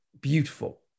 beautiful